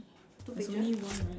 there's only one right